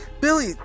Billy